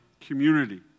community